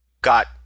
got